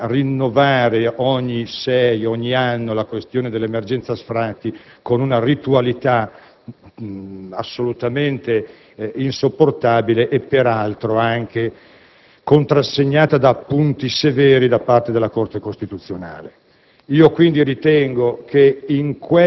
rischiamo di ritrovarci a rinnovare ogni anno la questione dell'emergenza sfratti con una ritualità assolutamente insopportabile, peraltro anche contrassegnata da appunti severi da parte della Corte costituzionale.